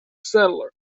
settler